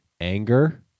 Anger